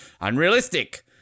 unrealistic